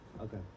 Okay